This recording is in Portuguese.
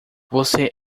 você